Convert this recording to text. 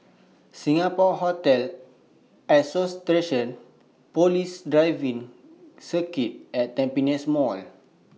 Singapore Hotel Association Police Driving Circuit and Tampines Mall